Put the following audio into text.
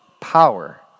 power